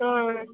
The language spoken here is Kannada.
ಹ್ಞೂ